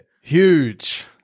Huge